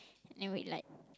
and we like